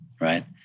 right